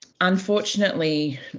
unfortunately